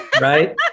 right